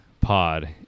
pod